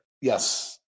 Yes